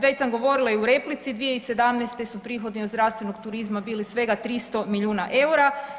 Već sam govorila i u replici 2017. su prihodi od zdravstvenog turizma bili svega 300 milijuna eura.